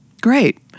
Great